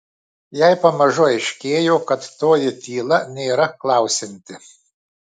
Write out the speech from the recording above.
jai pamažu aiškėjo kad toji tyla nėra klausianti